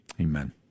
Amen